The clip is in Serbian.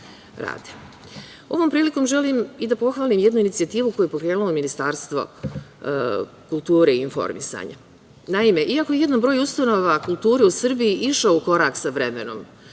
rada. Ovom prilikom želim i da pohvalim jednu inicijativu koju je pokrenulo Ministarstvo kulture i informisanja. Naime, iako je jedan broj ustanova kulture u Srbiji išao u korak sa vremenom,